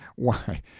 why,